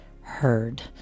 heard